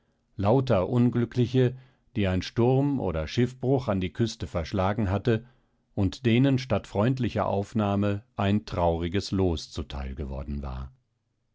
lauter unglückliche die ein sturm oder schiffbruch an die küste verschlagen hatte und denen statt freundlicher aufnahme ein trauriges los zu teil geworden war